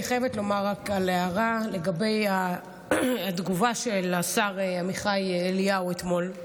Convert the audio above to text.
אני חייבת לומר רק הערה לגבי התגובה של השר עמיחי אליהו אתמול,